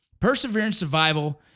PerseveranceSurvival